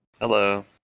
Hello